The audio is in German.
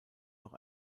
noch